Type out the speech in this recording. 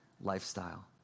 lifestyle